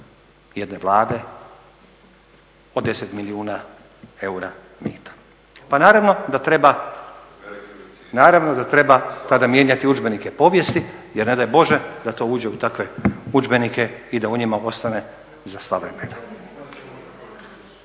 jedne vlade, o 10 milijuna eura mita. Pa naravno da treba tada mijenjati udžbenike povijesti jer ne daj Bože da to uđe u takve udžbenike i da u njima ostane za sva vremena.